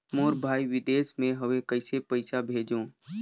मोर भाई विदेश मे हवे कइसे पईसा भेजो?